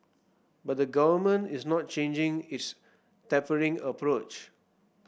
but the Government is not changing its tapering approach